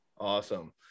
Awesome